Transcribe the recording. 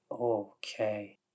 Okay